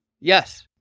Yes